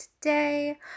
today